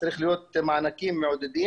זה צריך להיות מענקים מעודדים.